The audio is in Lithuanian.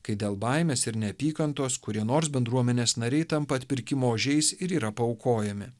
kai dėl baimės ir neapykantos kurie nors bendruomenės nariai tampa atpirkimo ožiais ir yra paaukojami